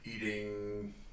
eating